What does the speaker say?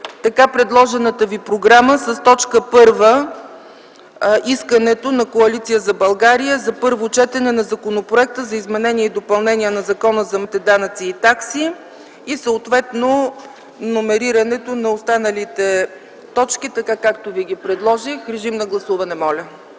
така предложената ви програма с т. 1 –искането на Коалиция за България за първо четене на Законопроекта за изменение и допълнение на Закона за местните данъци и такси и съответно преномерирането на останалите точки, така както ви ги предложих. Гласували